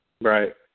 Right